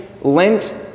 Lent